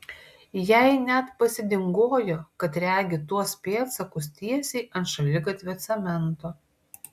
jai net pasidingojo kad regi tuos pėdsakus tiesiai ant šaligatvio cemento